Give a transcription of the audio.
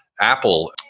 Apple